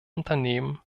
unternehmen